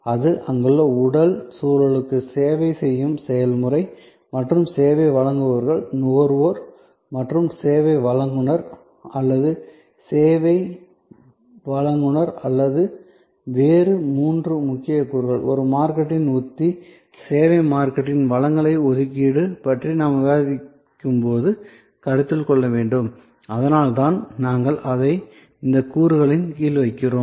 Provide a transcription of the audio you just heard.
அது அங்குள்ள உடல் சூழலுக்கு சேவை செய்யும் செயல்முறை மற்றும் சேவை வழங்குபவர்கள் நுகர்வோர் அல்லது சேவை வழங்குநர் அல்லது சேவை வழங்குநர் அல்லது வேறு மூன்று முக்கிய கூறுகள் ஒரு மார்க்கெட்டிங் உத்தி சேவை மார்க்கெட்டிங் வளங்களை ஒதுக்கீடு பற்றி நாம் விவாதிக்கும்போது கருத்தில் கொள்ள வேண்டும் அதனால்தான் நாங்கள் அதை இந்த கூறுகளின் கீழ் வைக்கிறோம்